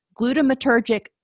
glutamatergic